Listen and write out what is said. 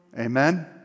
Amen